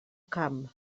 camp